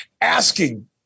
asking